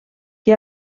que